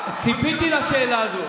ציפיתי לשאלה הזו.